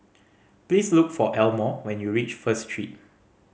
please look for Elmore when you reach First Street